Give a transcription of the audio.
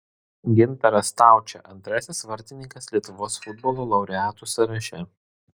gintaras staučė antrasis vartininkas lietuvos futbolo laureatų sąraše